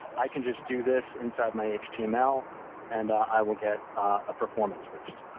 i can just do this inside my html, and i will get a performance boost.